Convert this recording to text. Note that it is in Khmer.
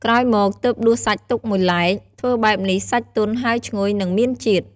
ក្រោយមកទើបដួសសាច់ទុកមួយឡែក ធ្វើបែបនេះ សាច់ទន់ហើយឈ្ងុយនិងមានជាតិ។